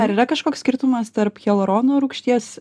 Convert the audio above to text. ar yra kažkoks skirtumas tarp hialurono rūgšties